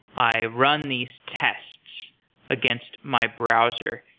i run these tests against my browser.